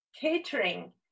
catering